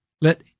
let